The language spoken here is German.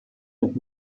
mit